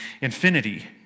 infinity